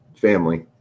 family